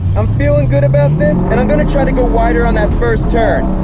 i'm feeling good about this and i'm gonna try to go wider on that first turn.